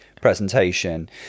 presentation